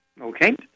Okay